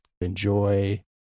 enjoy